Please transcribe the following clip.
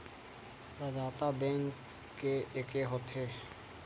प्रदाता बैंक के एके होथे?